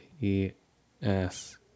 E-S